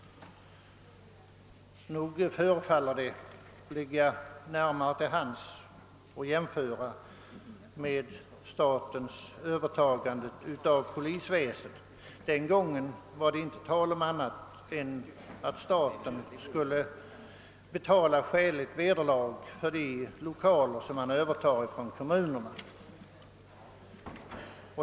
Nog förefaller det då ligga närmare till hands att jämföra med statens övertagande av polisväsendet. I det sammanhanget var det inte tal om annat än att staten skulle utge skäligt vederlag för de lokaler den övertog från kommunerna.